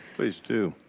please do.